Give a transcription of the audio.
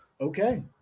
Okay